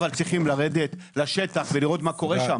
אבל צריכים לרדת לשטח ולראות מה קורה שם.